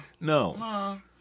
no